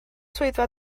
swyddfa